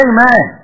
Amen